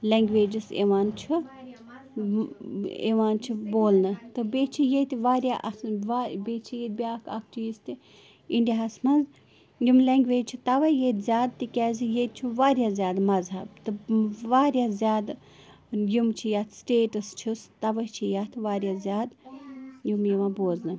languages یِوان چھُ یِوان چھِ بولنہٕ تہٕ بیٚیہِ چھِ ییٚتہِ واریاہ اَسُن وا بیٚیہِ چھِ ییٚتہِ بیٛاکھ اَکھ چیٖز تہِ اِنڈیاہَس منٛز یِم لینٛگویج چھِ تَوَے ییٚتہِ زیادٕ تِکیٛازِ ییٚتہِ چھُ واریاہ زیادٕ مَذہَب تہٕ واریاہ زیادٕ یِم چھِ یَتھ سٕٹیٹٕس چھِس تَوَے چھِ یَتھ واریاہ زیادٕ یِم یِوان بوزنہٕ